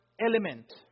element